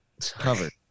covered